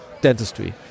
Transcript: dentistry